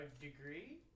degree